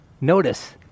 Notice